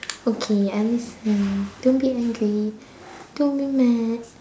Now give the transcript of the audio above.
okay I listen don't be angry don't be mad